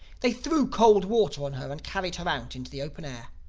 they threw cold water on her and carried her out into the open air.